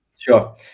Sure